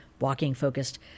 walking-focused